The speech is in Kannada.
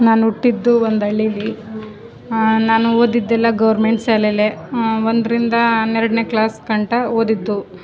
ನಾನು ಹುಟ್ಟಿದ್ದು ಒಂದು ಹಳ್ಳಿಲಿ ನಾನು ಓದಿದ್ದೆಲ್ಲ ಗೌರ್ಮೆಂಟ್ ಶಾಲೆಲೇ ಒಂದರಿಂದ ಹನ್ನೆರಡನೇ ಕ್ಲಾಸ್ ಗಂಟ ಓದಿದ್ದು